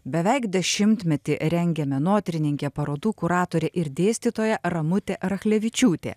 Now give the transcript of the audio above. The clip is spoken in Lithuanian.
beveik dešimtmetį rengė menotyrininkė parodų kuratorė ir dėstytoja ramutė rachlevičiūtė